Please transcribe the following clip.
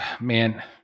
Man